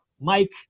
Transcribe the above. Mike